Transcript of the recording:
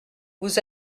vous